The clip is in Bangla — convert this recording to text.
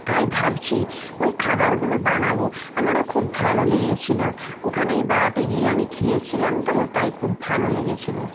তাই ভাবছি ওই খাবারগুলো বানাব আমারও খুব ভালো লেগেছিল ওখানে বেড়াতে গিয়ে আমি খেয়েছিলাম তো তাই খুব ভালো লেগেছিল